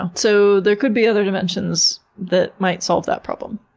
ah so there could be other dimensions that might solve that problem.